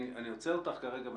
אני עוצר אותך כרגע.